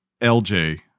LJ